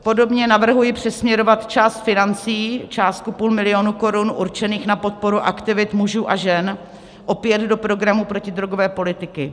Podobně navrhuji přesměrovat část financí, částku půl milionu korun, určených na podporu aktivit mužů a žen opět do programu protidrogové politiky.